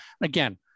again